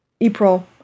April